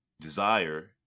desire